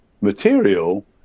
material